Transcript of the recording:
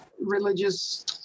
religious